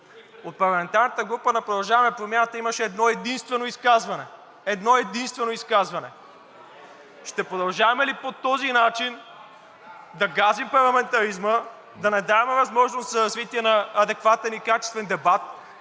От парламентарната група на „Продължаваме Промяната“ имаше едно-единствено изказване, едно-единствено изказване. Ще продължаваме ли по този начин да газим парламентаризма, да не даваме възможност за развитие на адекватен и качествен дебат?